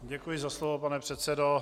Děkuji za slovo, pane předsedo.